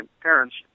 parents